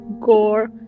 gore